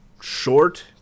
Short